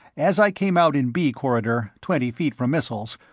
as i came out in b corridor, twenty feet from missiles,